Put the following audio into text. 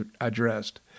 addressed